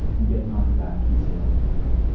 and getting on her back he sailed away.